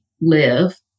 live